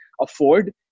afford